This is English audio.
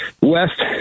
west